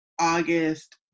August